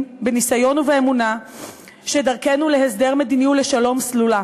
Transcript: בניסיון ובאמונה שדרכנו להסדר מדיני ולשלום סלולה,